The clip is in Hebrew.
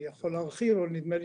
אני יכול להרחיב, אבל נדמה לי